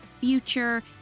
future